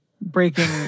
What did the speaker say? Breaking